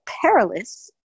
perilous